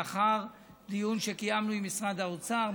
לאחר דיון שקיימנו עם משרד האוצר,